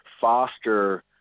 foster